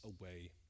away